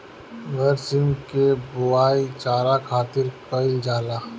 बरसीम के बोआई चारा खातिर कईल जाला